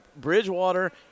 Bridgewater